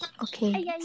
Okay